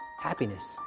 Happiness